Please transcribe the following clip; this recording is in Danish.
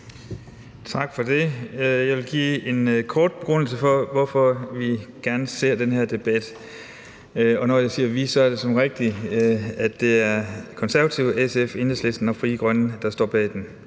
Tak for det. Jeg vil give en kort begrundelse for, hvorfor vi gerne ser den her debat. Og når jeg siger vi, så er det såmænd rigtigt, at det er Konservative, SF, Enhedslisten og Frie Grønne, der står bag